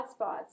hotspots